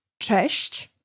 cześć